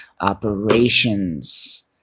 operations